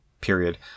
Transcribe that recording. period